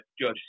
Judge